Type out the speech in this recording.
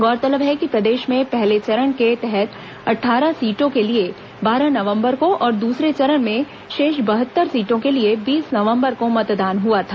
गौरतलब है कि प्रदेश में पहले चरण के तहत अट्ठारह सीटों के लिए बारह नवंबर को और दूसरे चरण में शेष बहत्तर सीटों के लिए बीस नवंबर को मतदान हआ था